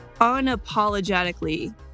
unapologetically